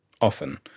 Often